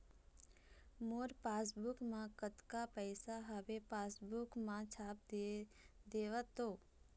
मोर passbook मा कतका पैसा हवे पासबुक मा छाप देव तो?